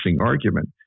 argument